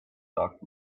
dark